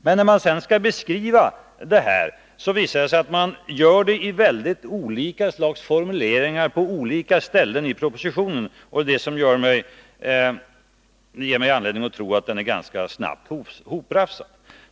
Men när man sedan skall beskriva det här, visar det sig att man gör det i väldigt olika slags formuleringar på olika ställen i propositionen. Det är detta som ger mig anledning att tro att propositionen är ganska snabbt hoprafsad.